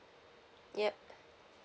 yup